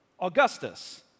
Augustus